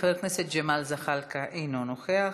חבר הכנסת ג'מאל זחאלקה, אינו נוכח.